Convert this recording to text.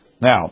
Now